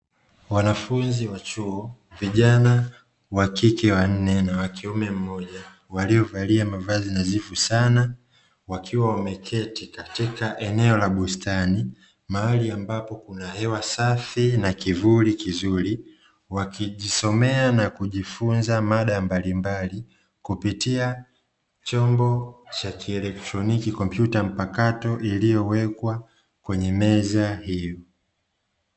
Wanafunzi wa chuo vijana wa kike wanne na wa kiume mmoja waliovalia mavazi nadhifu sana, wakiwa wameketi katika eneo la bustani mahali ambapo kuna hewa safi na kivuli kizuri wakijisomea na kujifunza mada mbalimbali kupitia chombo cha kielektroniki computer mpakato iliyowekwa kwenye meza hii.